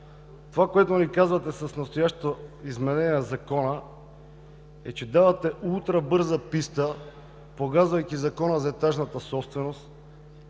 Това, което ни казвате с настоящото изменение на Закона, е, че давате ултрабърза писта, погазвайки Закона за етажната собственост,